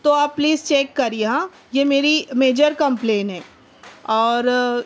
تو آپ please check کریے ہاں یہ میری میجر کمپلین ہے اور